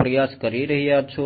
પ્રયત્ન કરી રહ્યા છો